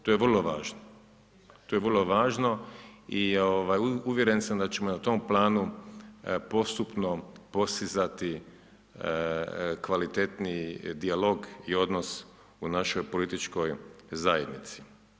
To je vrlo važno, to je vrlo važno i ovaj uvjeren sam da ćemo na tom planu postupno postizati kvalitetniji dijalog i odnos u našoj političkoj zajednici.